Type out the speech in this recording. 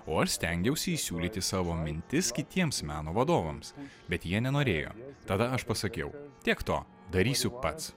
o aš stengiausi įsiūlyti savo mintis kitiems meno vadovams bet jie nenorėjo tada aš pasakiau tiek to darysiu pats